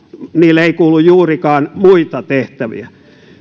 niille ei kuulu juurikaan muita tehtäviä